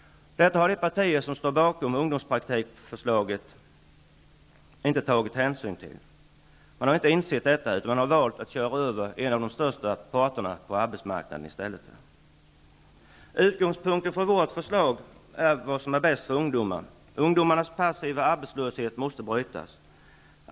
Detta har de partier som står bakom förslaget om ungdomspraktikplatser inte tagit hänsyn till. De har inte insett detta, utan de har valt att köra över en av de största parterna på arbetsmarknaden. Utgångspunkten för vårt förslag är vad som är bäst för ungdomarna. Ungdomarnas passiva arbetslöshet måste brytas.